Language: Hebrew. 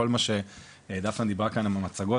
כל מה שדפנה דיברה כאן עם המצגות,